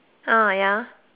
uh ya